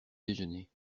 déjeuner